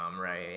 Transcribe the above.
right